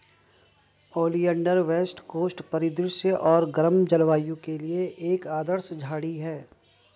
oleander west coast परिदृश्य और गर्म जलवायु के लिए एक आदर्श झाड़ी है